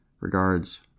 Regards